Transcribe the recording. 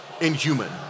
inhuman